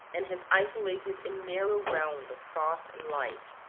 and his isolated and narrow round of thought and life.